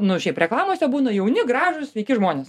nu šiaip reklamose būna jauni gražūs sveiki žmonės